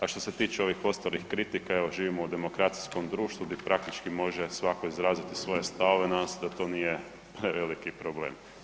A što se tiče ovih ostalih kritika, evo, živimo u demokracijskom društvu gdje praktički može svako izraziti svoje stavove, nadam se da to nije veliki problem.